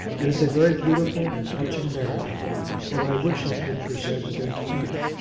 it is a very beautiful and touching narrative and i wish i could present it entire.